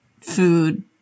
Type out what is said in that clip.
food